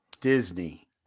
Disney